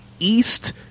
east